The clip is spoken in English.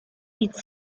with